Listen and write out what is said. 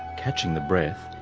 catching the breath,